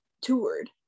toured